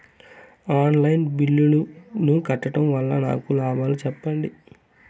On line బిల్లుల ను కట్టడం వల్ల లాభాలు నాకు సెప్పండి?